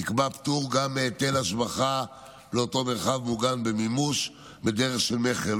נקבע פטור גם מהיטל השבחה לאותו מרחב מוגן במימוש בדרך של מכר,